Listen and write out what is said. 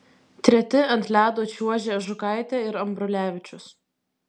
treti ant ledo čiuožė žukaitė ir ambrulevičius